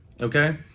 okay